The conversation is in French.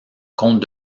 compte